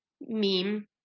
meme